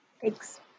Thanks